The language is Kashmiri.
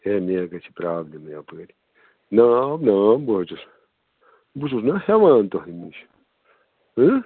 ہے مے گَژھہِ پرٛابلِم یپٲرۍ ناو ناو بہٕ حظ چھُس بہٕ چھُس نا ہیٚوان تۄہہِ نِش